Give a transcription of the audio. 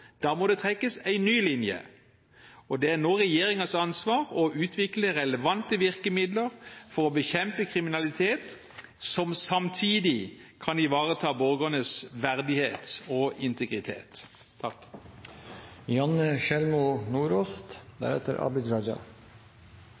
Da må det trekkes en ny linje, og det er nå regjeringens ansvar å utvikle relevante virkemidler for å bekjempe kriminalitet, som samtidig kan ivareta borgernes verdighet og integritet.